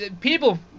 people